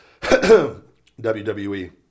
WWE